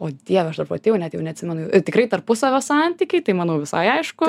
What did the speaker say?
o dieve aš dar pati jau net jau neatsimenu tai tikrai tarpusavio santykiai tai manau visai aišku